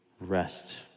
rest